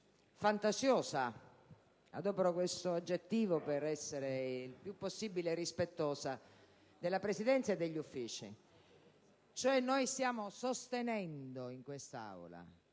fantasiosa. Adopero questo aggettivo per essere il più possibile rispettosa della Presidenza e degli Uffici. Noi stiamo sostenendo in quest'Aula,